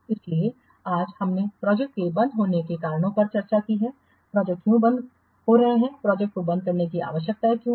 इसलिए आज हमने प्रोजेक्ट के बंद होने के कारणों पर चर्चा की है प्रोजेक्ट क्यों बन रही है प्रोजेक्ट को बंद करने की आवश्यकता क्यों है